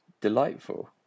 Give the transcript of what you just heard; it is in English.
delightful